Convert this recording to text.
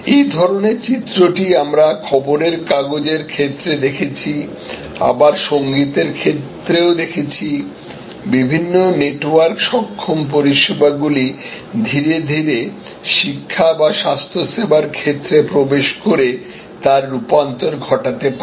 এই ধরনের চিত্রটি আমরা খবরের কাগজের ক্ষেত্রে দেখেছি আবার সংগীতের ক্ষেত্রেও দেখেছি বিভিন্ন নেটওয়ার্ক সক্ষম পরিষেবাগুলি ধীরে ধীরে শিক্ষা বা স্বাস্থ্যসেবার ক্ষেত্রে প্রবেশ করে তার রূপান্তর ঘটাতে পারে